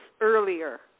earlier